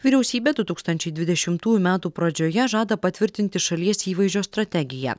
vyriausybė du tūkstančiai dvidešimtųjų metų pradžioje žada patvirtinti šalies įvaizdžio strategiją